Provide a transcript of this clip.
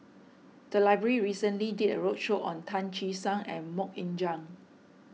the library recently did a roadshow on Tan Che Sang and Mok Ying Jang